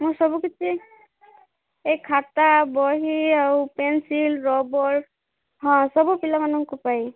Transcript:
ମୁଁ ସବୁକିଛି ଏହି ଖାତା ବହି ଆଉ ପେନସିଲ୍ ରବର୍ ହଁ ସବୁ ପିଲାମାନଙ୍କ ପାଇଁ